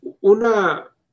una